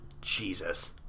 Jesus